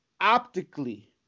optically